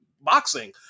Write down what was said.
boxing